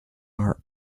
are